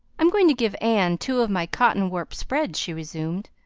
i'm going to give anne two of my cotton warp spreads, she resumed.